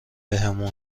بهمون